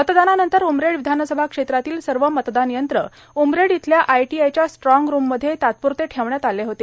मतदानानंतर उमरेड विधानसभा क्षेत्रातील सर्व मतदान यंत्र उमरेड इथल्या आयटीआयच्या स्ट्राँग रूममध्ये तात्पुरते ठेवण्यात आले होते